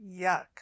yuck